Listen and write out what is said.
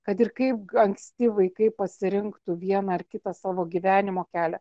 kad ir kaip anksti vaikai pasirinktų vieną ar kitą savo gyvenimo kelią